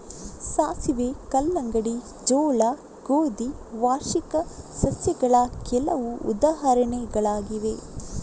ಸಾಸಿವೆ, ಕಲ್ಲಂಗಡಿ, ಜೋಳ, ಗೋಧಿ ವಾರ್ಷಿಕ ಸಸ್ಯಗಳ ಕೆಲವು ಉದಾಹರಣೆಗಳಾಗಿವೆ